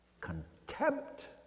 contempt